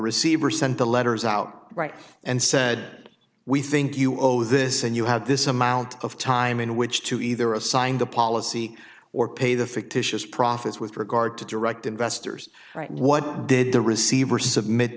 receiver sent the letters out right and said we think you owe this and you have this amount of time in which to either assign the policy or pay the fictitious profits with regard to direct investors right now what did the receiver submit